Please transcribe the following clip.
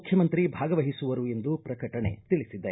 ಮುಖ್ಯಮಂತ್ರಿ ಭಾಗವಹಿಸುವರು ಎಂದು ಪ್ರಕಟಣೆ ತಿಳಿಸಿದೆ